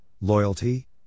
Loyalty